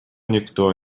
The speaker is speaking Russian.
никто